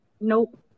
nope